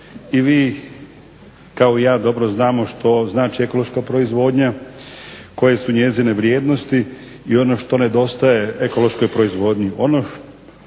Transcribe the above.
I vi kao i ja dobro znamo što znači ekološka proizvodnja, koje su njezine vrijednosti i ono što nedostaje ekološkoj proizvodnji. Ono što